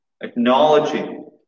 acknowledging